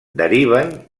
deriven